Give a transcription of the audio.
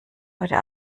heute